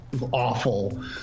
awful